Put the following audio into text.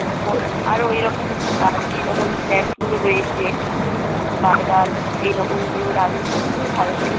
তারপর আরও ওই রকম যা যেরকম স্ন্যাক্সগুলো রয়েছে বার্গার এ রকমগুলো রাখলে তো খুবই ভালো হয়